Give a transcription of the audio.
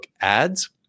ads